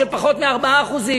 אני מקבל את האחריות הזאת.